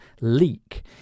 leak